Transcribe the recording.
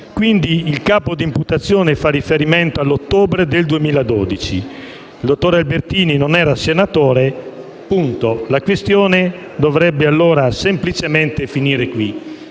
Quindi, il capo di imputazione fa riferimento all'ottobre del 2012. Il dottor Albertini non era senatore e, quindi, la questione dovrebbe semplicemente finire qui,